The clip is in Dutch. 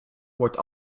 wordt